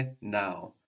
now